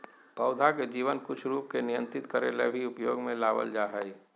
पौधा के जीवन कुछ रूप के नियंत्रित करे ले भी उपयोग में लाबल जा हइ